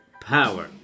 power